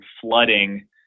flooding